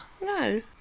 No